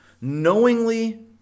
knowingly